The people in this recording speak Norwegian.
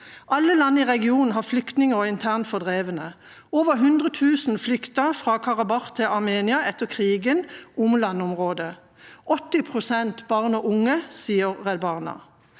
Alle land i regionen har flyktninger og internt fordrevne. Over 100 000 flyktet fra Karabakh til Armenia etter krigen om landområdet – 80 pst. av dem barn og unge, sier Redd Barna.